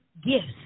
gifts